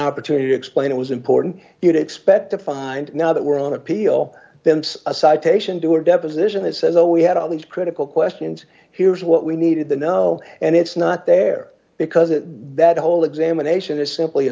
opportunity to explain it was important you'd expect to find now that were on appeal then a citation to or deposition that says oh we had all these critical questions here's what we needed to know and it's not there because that whole examination is simply a